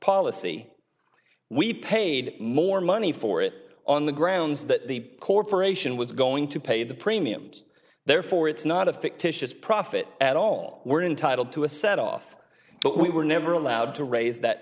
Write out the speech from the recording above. policy we paid more money for it on the grounds that the corporation was going to pay the premiums therefore it's not a fictitious profit at all we're entitled to a set off but we were never allowed to raise that